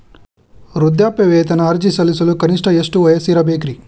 ವೃದ್ಧಾಪ್ಯವೇತನ ಅರ್ಜಿ ಸಲ್ಲಿಸಲು ಕನಿಷ್ಟ ಎಷ್ಟು ವಯಸ್ಸಿರಬೇಕ್ರಿ?